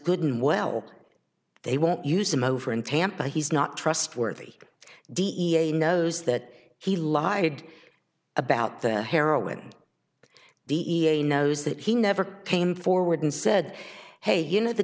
gooden well they won't use him over in tampa he's not trustworthy d e a knows that he lied about the heroin the e p a knows that he never came forward and said hey you know the